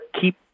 keep